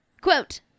Quote